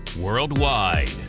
worldwide